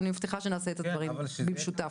ואני מבטיחה שנעשה את הדברים במשותף.